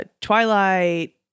Twilight